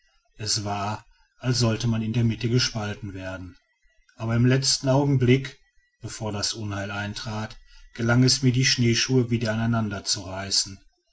es war als sollte man in der mitte gespalten werden aber im letzten augenblick bevor das unheil eintrat gelang es mir die schneeschuhe wieder